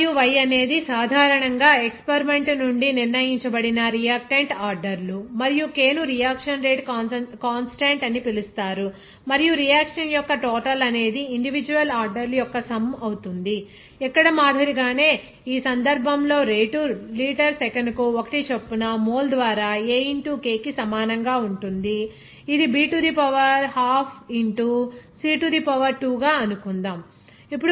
ఇక్కడ x మరియు y అనేది సాధారణంగా ఎక్స్పరిమెంట్ నుండి నిర్ణయించబడిన రియాక్టెంట్ ఆర్డర్లు మరియు k ను రియాక్షన్ రేట్ కాన్స్టాంట్ అని పిలుస్తారు మరియు రియాక్షన్ యొక్క టోటల్ అనేది ఇండివిడ్యువల్ ఆర్డర్ల యొక్క సమ్ అవుతుంది ఇక్కడ మాదిరిగానే ఈ సందర్భంలో రేటు లీటర్ సెకనుకు 1 చొప్పున మోల్ ద్వారా A ఇంటూ k కి సమానంగా ఉంటుంది ఇది B to the power half into C to the power 2 గా అనుకుందాం